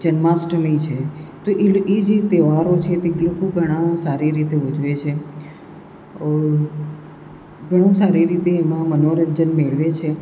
જન્માષ્ટમી છે તો એ જે તહેવારો છે તે લોકો ઘણા સારી રીતે ઉજવે છે ઘણું સારું એવી રીતે એમાં મનોરંજન મેળવે છે